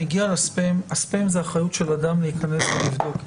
ה-ספאם זאת אחריות של אדם להיכנס ולבדוק.